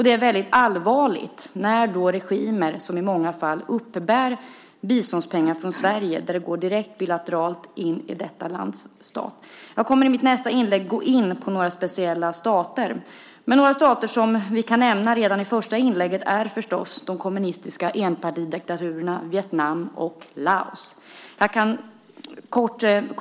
Det är allvarligt när odemokratiska regimer uppbär bistånd från Sverige och dessa pengar går direkt in i landets statskassa. Jag kommer i mitt nästa inlägg att gå in på några speciella stater. Några stater som jag redan nu vill nämna är förstås de kommunistiska enpartidiktaturerna Vietnam och Laos.